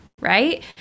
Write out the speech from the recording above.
right